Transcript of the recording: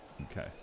Okay